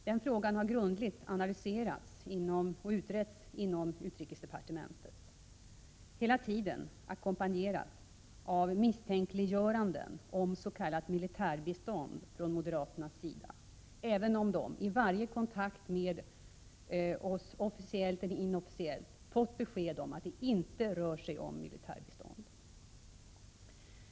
Den frågan har grundligt analyserats och utretts inom utrikesdepartementet, hela tiden ackompanjerat av misstänkliggöranden från moderaternas sida om s.k. militärbistånd, även om de i varje kontakt med oss, officiellt eller inofficiellt, fått besked om att det inte rör sig om militärbistånd.